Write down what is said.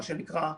מה שנקרא,